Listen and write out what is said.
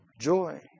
joy